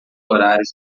horários